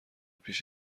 پیش